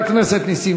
חבר הכנסת יעקב מרגי,